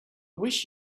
wish